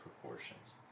proportions